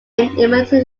immunity